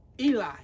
Eli